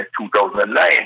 2009